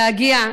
להגיע,